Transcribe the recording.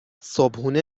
صبحونه